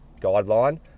guideline